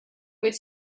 would